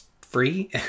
free